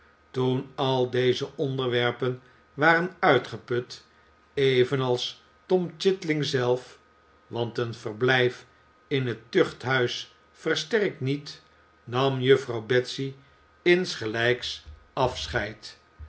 toen al deze onderwerpen waren uitgeput evenals tom chit ing zelf want een verblijf in het tuchthuis versterkt niet nam juffrouw betsy insgelijks a